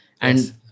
And-